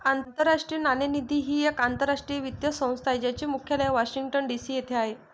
आंतरराष्ट्रीय नाणेनिधी ही एक आंतरराष्ट्रीय वित्तीय संस्था आहे ज्याचे मुख्यालय वॉशिंग्टन डी.सी येथे आहे